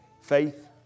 faith